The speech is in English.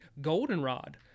goldenrod